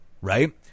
right